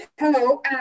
hello